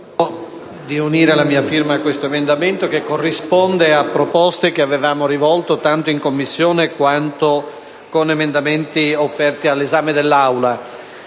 Grazie.